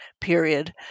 period